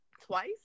twice